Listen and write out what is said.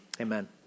amen